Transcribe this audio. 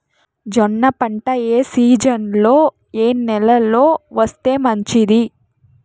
జొన్న పంట ఏ సీజన్లో, ఏ నెల లో వేస్తే మంచిది?